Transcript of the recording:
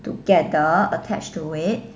together attached to it